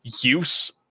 use